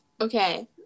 Okay